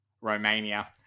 Romania